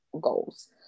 goals